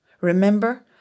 Remember